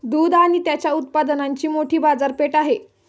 दूध आणि त्याच्या उत्पादनांची मोठी बाजारपेठ आहे